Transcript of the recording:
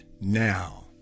now